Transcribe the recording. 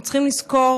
אנחנו צריכים לזכור,